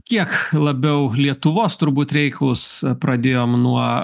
kiek labiau lietuvos turbūt reikalus pradėjom nuo